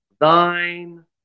thine